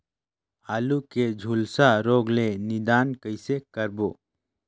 आलू के झुलसा रोग ले निदान कइसे करबो?